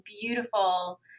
beautiful